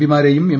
പിമാരേയും M